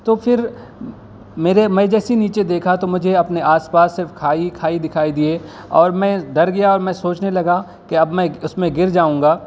تو پھر میرے میں جیسے نیچے دیکھا تو مجھے اپنے آس پاس صرف کھائی ہی کھائی دکھائی دیے اور میں ڈر گیا اور میں سوچنے لگا کہ اب میں اس میں گر جاؤں گا